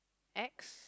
ex